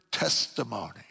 testimony